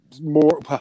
more